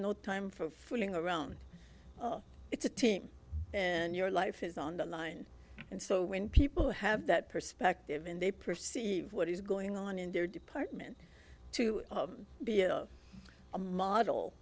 no time for fooling around it's a team and your life is on the line and so when people have that perspective and they perceive what is going on in their department to be a model